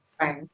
Right